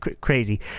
crazy